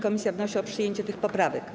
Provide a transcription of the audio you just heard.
Komisja wnosi o przyjęcie tych poprawek.